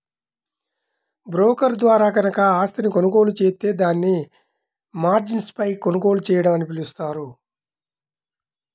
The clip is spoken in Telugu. బ్రోకర్ ద్వారా గనక ఆస్తిని కొనుగోలు జేత్తే దాన్ని మార్జిన్పై కొనుగోలు చేయడం అని పిలుస్తారు